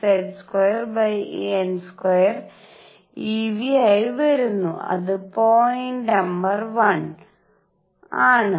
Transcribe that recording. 6 Z² n² eV ആയി വരുന്നു അത് പോയിന്റ് നമ്പർ വൺ ആണ്